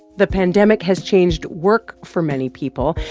the pandemic has changed work for many people,